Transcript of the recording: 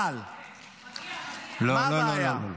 אבל מה הבעיה?